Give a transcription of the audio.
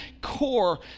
core